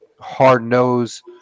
hard-nosed